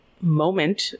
moment